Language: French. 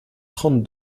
trente